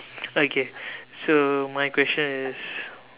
okay so my question is